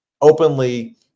openly